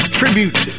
tribute